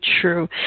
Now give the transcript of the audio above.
true